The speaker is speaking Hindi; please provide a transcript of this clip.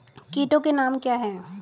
कीटों के नाम क्या हैं?